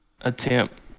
attempt